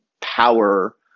power